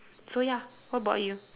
so ya what about you